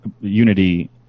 Unity